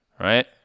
right